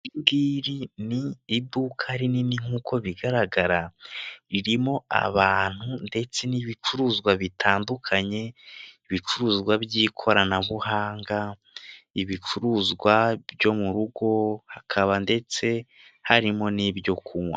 Iri ngiri ni iduka rinini nk'uko bigaragara, ririmo abantu ndetse n'ibicuruzwa bitandukanye, ibicuruzwa by'ikoranabuhanga, ibicuruzwa byo mu rugo, hakaba ndetse harimo n'ibyo kunywa.